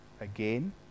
again